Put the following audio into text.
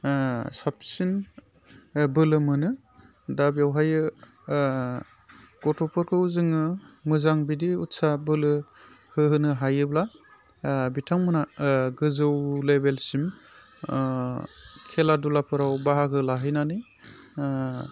साबसिन बोलो मोनो दा बेवहाय गथ'फोरखौ जोङो मोजां बिदि उत्साह बोलो होहोनो हायोब्ला बिथांमोनहा गोजौ लेभेलसिम खेला धुलाफोराव बाहागो लाहैनानै